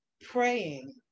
praying